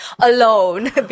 alone